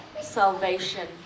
salvation